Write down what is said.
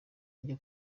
njye